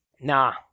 nah